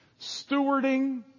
Stewarding